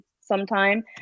sometime